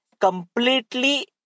completely